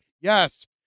Yes